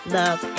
love